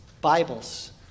Bibles